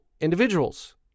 individuals